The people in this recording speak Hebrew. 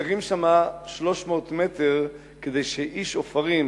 חסרים שם 300 מטר כדי שאיש עופרים